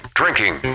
drinking